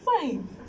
fine